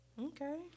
okay